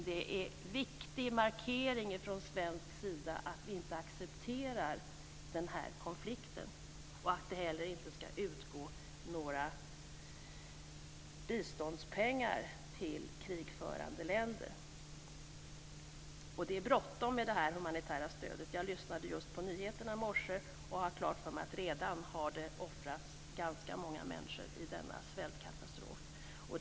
Det är en viktig markering från svensk sida att vi inte accepterar den här konflikten och att det heller inte ska utgå några biståndspengar till krigförande länder. Det är bråttom med det humanitära stödet. Jag lyssnade just på nyheterna i morse och fick klart för mig att det redan har offrats ganska många människor i denna svältkatastrof.